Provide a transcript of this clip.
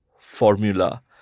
formula